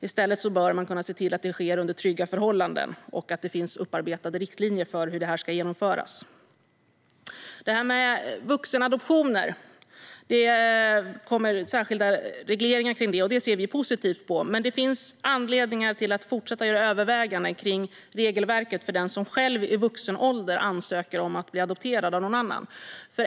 I stället bör man kunna se till att det sker under trygga förhållanden och att det finns upparbetade riktlinjer för hur detta ska genomföras. Det andra är det här med vuxenadoptioner. Det kommer särskilda regleringar av det, och det ser vi positivt på. Men det finns anledningar till att fortsätta göra överväganden kring regelverket för den som själv i vuxen ålder ansöker om att bli adopterad av någon annan.